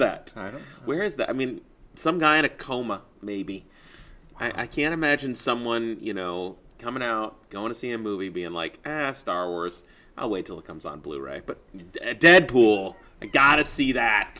that where's the i mean some guy in a coma maybe i can imagine someone you know coming out going to see a movie being like star wars i wait till it comes on blue right but deadpool i gotta see that